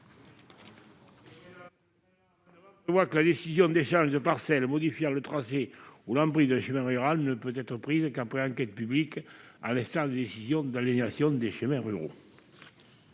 prévoit que la décision d'échange de parcelles modifiant le trajet ou l'emprise de chemin rural ne peut être prise qu'après enquête publique, tout comme les décisions d'aliénation des chemins ruraux.